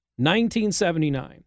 1979